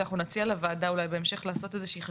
שאנחנו נציע לוועדה אולי לעשות איזו שהיא חשיבה,